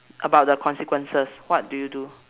about the consequences what do you do